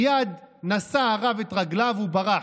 מייד נשא הרב את רגליו וברח,